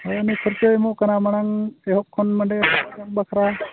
ᱦᱳᱭ ᱠᱷᱚᱨᱪᱚᱭ ᱮᱢᱚᱜ ᱠᱟᱱᱟ ᱢᱟᱲᱟᱝ ᱮᱦᱚᱵ ᱠᱷᱚᱱ ᱱᱚᱰᱮ ᱟᱸᱡᱚᱢ ᱵᱟᱠᱷᱨᱟ